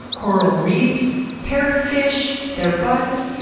coral reefs, parrotfish, their butts,